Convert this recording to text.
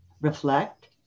reflect